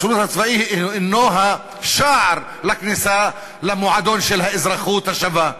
השירות הצבאי הוא השער למועדון של האזרחות השווה.